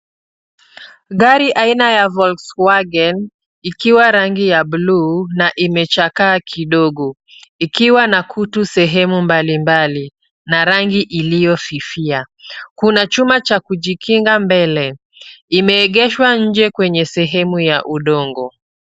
Gari aina ya Volkswagen ikiwa rangi ya buluu na imechakaa kidogo ikiwa na kutu sehemu mbalimbali na rangi iliyofifia. Kuna chuma cha kujikinga mbele. Imeegeshwa nje kwenye sehemu ya udongo.